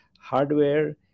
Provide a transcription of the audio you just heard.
hardware